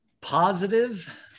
Positive